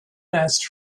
nest